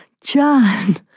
John